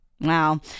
Wow